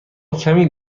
کمی